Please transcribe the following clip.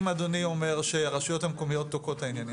אם אדוני אומר שהרשויות המקומיות תוקעות את העניינים